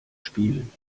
spielen